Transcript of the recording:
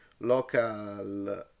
local